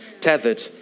tethered